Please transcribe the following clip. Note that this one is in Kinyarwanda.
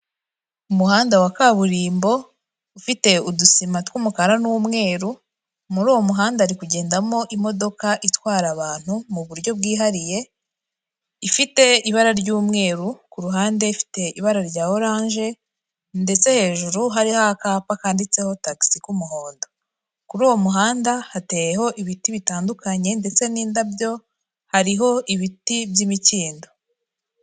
Umuhanda wa kaburimbo ufite udusima tw'umukara n'umweru, muri uwo muhanda hari kugendamo imodoka itwara abantu mu buryo bwihariye, ifite ibara ry'umweru, ku ruhande ifite ibara rya oranje ndetse hejuru hari akapa kanditseho tax k'umuhondo. Kuri uwo muhanda hateyeho ibiti bitandukanye ndetse n'indabyo, hariho ibiti by'imikindo.